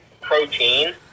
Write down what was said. protein